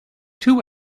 two